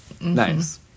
Nice